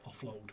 Offload